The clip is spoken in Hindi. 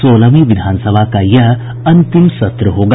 सोलहवीं विधानसभा का यह अंतिम सत्र होगा